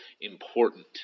important